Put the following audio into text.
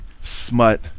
smut